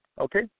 okay